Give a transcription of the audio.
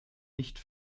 nicht